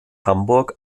hamburg